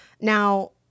Now